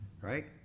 right